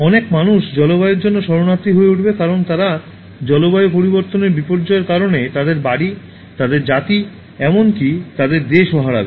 অনেক মানুষ জলবায়ুর জন্য শরণার্থী হয়ে উঠবে কারণ তারা জলবায়ু পরিবর্তনের বিপর্যয়ের কারণে তাদের বাড়ি তাদের জাতি এমনকি তাদের দেশও হারাবে